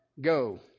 go